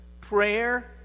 prayer